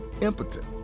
impotent